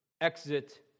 exit